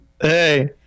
Hey